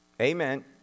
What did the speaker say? Amen